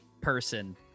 person